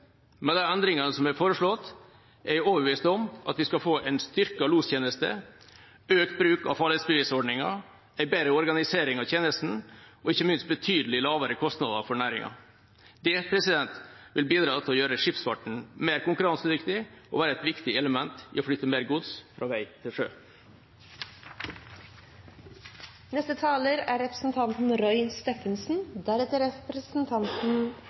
Med de endringene som er foreslått, er jeg overbevist om at vi skal få en styrket lostjeneste, økt bruk av farledsbevisordninga, en bedre organisering av tjenesten og ikke minst betydelig lavere kostnader for næringa. Det vil bidra til å gjøre skipsfarten mer konkurransedyktig og være et viktig element i å flytte mer gods fra vei til sjø.